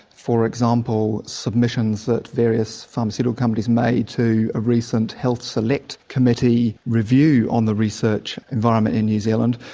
for example, submissions that various pharmaceutical companies made to a recent health select committee review on the research environment in new zealand,